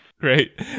Great